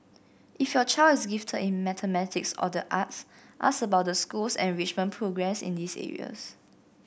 if your child is gifted in mathematics or the arts ask about the school's enrichment programmes in these areas